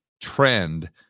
trend